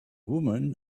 woman